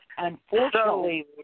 Unfortunately